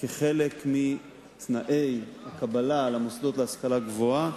כחלק מתנאי הקבלה למוסדות להשכלה גבוהה